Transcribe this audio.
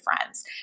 friends